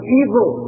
evil